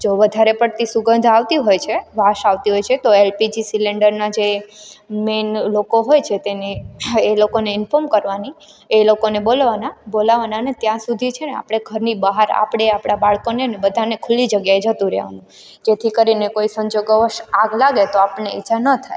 જો વધારે પડતી સુગંધ આવતી હોય છે વાસ આવતી હોય છે તો એલપીજી સિલિન્ડરનાં જે મેન લોકો હોય છે તેને એ લોકોને ઇન્ફોર્મ કરવાની એ લોકોને બોલાવવાના બોલાવવાનાને ત્યાં સુધી છે ને આપણે ઘરની બહાર આપણે આપણા બાળકોને અને બધાને ખુલ્લી જગ્યાએ જતું રહેવાનું જેથી કરીને કોઈ સંજોગોવશ આગ લાગે તો આપને ઈજા ન થાય